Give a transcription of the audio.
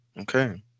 Okay